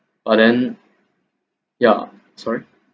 but then ya sorry